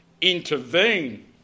intervene